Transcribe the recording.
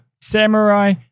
Samurai